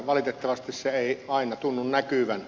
valitettavasti se ei aina tunnu näkyvän